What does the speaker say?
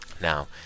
Now